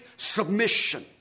Submission